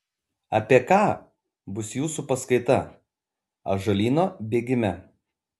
apie ką bus jūsų paskaita ąžuolyno bėgime